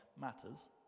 matters